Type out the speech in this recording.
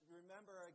remember